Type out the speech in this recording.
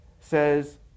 says